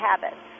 habits